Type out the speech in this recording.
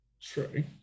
True